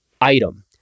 item